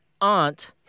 aunt